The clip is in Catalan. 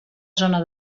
zona